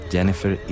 Jennifer